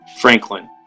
Franklin